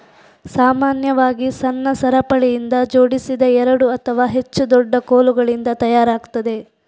ಸಾಮಾನ್ಯವಾಗಿ ಸಣ್ಣ ಸರಪಳಿಯಿಂದ ಜೋಡಿಸಿದ ಎರಡು ಅಥವಾ ಹೆಚ್ಚು ದೊಡ್ಡ ಕೋಲುಗಳಿಂದ ತಯಾರಾಗ್ತದೆ